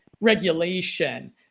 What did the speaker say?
regulation